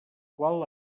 qual